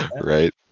Right